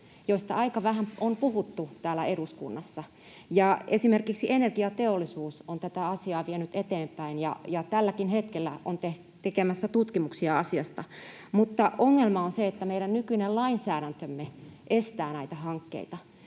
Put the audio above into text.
joista aika vähän on puhuttu täällä eduskunnassa. Esimerkiksi Energiateollisuus on tätä asiaa vienyt eteenpäin ja tälläkin hetkellä on tekemässä tutkimuksia asiasta, mutta ongelma on se, että meidän nykyinen lainsäädäntömme estää näitä hankkeita.